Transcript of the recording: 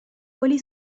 quali